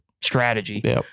strategy